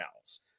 else